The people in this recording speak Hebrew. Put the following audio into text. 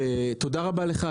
תודה רבה לך,